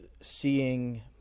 seeing